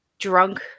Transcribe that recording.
drunk